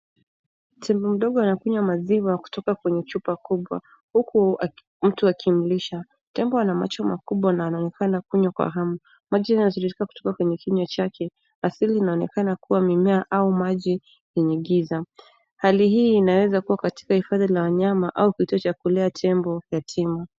Tembo mdogo anakunywa maziwa kutoka kwenye chupa kubwa huku mtu akimlisha. Tembo ana macho makubwa na anaonekana kunywa kwa hamu. Maji inatiririka kutoka kwenye kinywa chake. Asili inaonekana kuwa mimea au maji yenye giza. Hali hii inaweza kuwa katika hifadhi la wanyama au pote ya kulea tembo yatima.